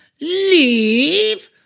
Leave